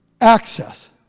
access